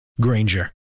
Granger